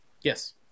Yes